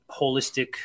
holistic